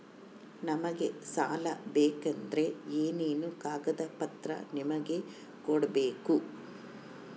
ನಮಗೆ ಸಾಲ ಬೇಕಂದ್ರೆ ಏನೇನು ಕಾಗದ ಪತ್ರ ನಿಮಗೆ ಕೊಡ್ಬೇಕು?